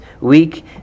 weak